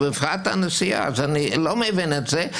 ובפרט הנשיאה, אז אני לא מבין את זה.